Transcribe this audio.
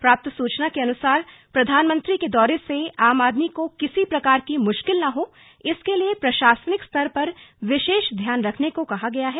प्राप्त सुचना के अनुसार प्रधानमंत्री के दौरे से आम आदमी को किसी प्रकार की मुश्किल न होने के लिए प्रशासनिक स्तर पर विशेष ध्यान रखने को कहा गया है